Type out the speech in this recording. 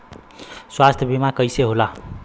स्वास्थ्य बीमा कईसे होला?